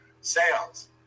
sales